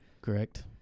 Correct